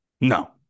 No